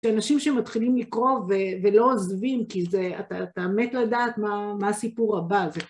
שאנשים שמתחילים לקרוא ולא עוזבים, כי אתה מת לדעת מה הסיפור הבא הזה.